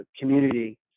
community